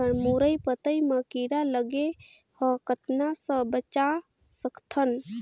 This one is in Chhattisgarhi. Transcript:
मुरई पतई म कीड़ा लगे ह कतना स बचा सकथन?